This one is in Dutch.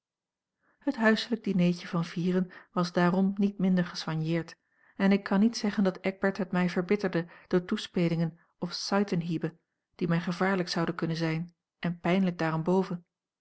het huiselijk dineetje van vieren was daarom niet minder gesoigneerd en ik kan niet zeggen dat eckbert het mij verbitterde door toespelingen of seitenhiebe die mij gevaarlijk zouden kunnen zijn en pijnlijk